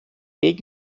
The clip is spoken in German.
gegen